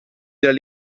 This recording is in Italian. della